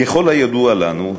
ככל הידוע לנו,